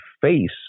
face